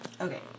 Okay